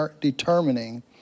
determining